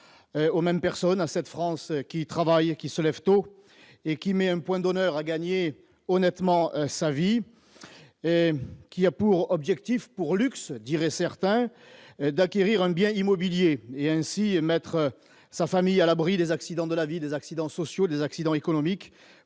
aux mêmes personnes à cette France qui travaille, qui se lève tôt et qui met un point d'honneur à gagner honnêtement ça vit et qui a pour objectif pour luxe diraient certains, d'acquérir un bien immobilier et ainsi mettre sa famille à l'abri des accidents de la vie des accidents sociaux des accidents économiques